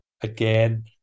Again